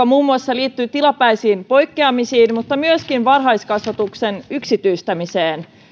muun muassa tilapäisiin poikkeamisiin mutta myöskin varhaiskasvatuksen yksityistämiseen